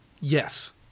Yes